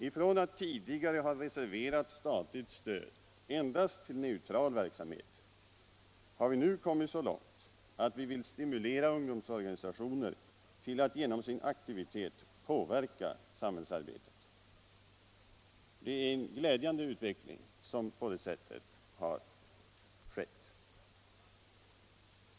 Ifrån att tidigare ha reserverat statligt stöd endast till neutral verksamhet har vi nu kommit så långt att vi vill stimulera ungdomsorganisationer till att genom sin aktivitet påverka samhällsarbetet. Det är en glädjande utveckling som på det sättet har skett.